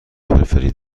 فرفری